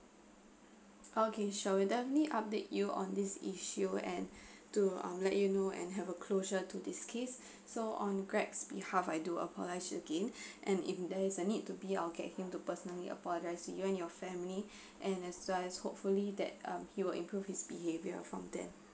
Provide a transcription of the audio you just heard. okay sure we'll definitely update you on this issue and to um let you know and have a closure to this case so on greg's behalf I do apologize you again and if there is a need to be I'll get him to personally apologise to you and your family and as well as hopefully that uh he will improve his behavior from then